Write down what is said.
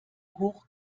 hoch